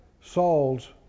Saul's